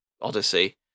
Odyssey